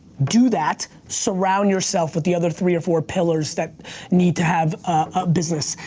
do that, surround yourself with the other three or four pillars that need to have a business.